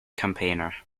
campaigner